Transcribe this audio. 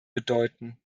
bedeuten